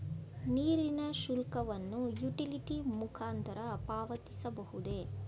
ನೀರಿನ ಶುಲ್ಕವನ್ನು ಯುಟಿಲಿಟಿ ಮುಖಾಂತರ ಪಾವತಿಸಬಹುದೇ?